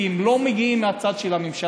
כי אם לא מגיעים מהצד של הממשלה,